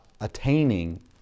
attaining